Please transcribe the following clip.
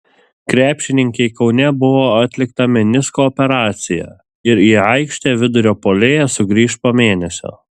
krepšininkei kaune buvo atlikta menisko operacija ir į aikštę vidurio puolėja sugrįš po mėnesio